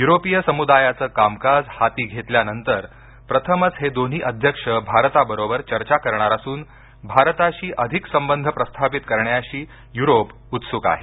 युरोपीय समुदायाचं कामकाज हाती घेतल्यानंतर प्रथमच हे दोन्ही अध्यक्ष भारताबरोबर चर्चा करणार असून भारताशी अधिक संबंध प्रस्थपित करण्याशी युरोप उत्सुक आहे